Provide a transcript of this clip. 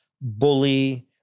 bully